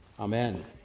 Amen